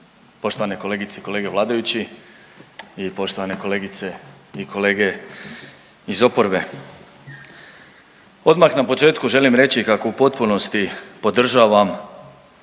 poštovane kolegice i kolege vladajući i poštovane kolegice i kolege iz oporbe. Odmah na početku želim reći kako u potpunosti podržavam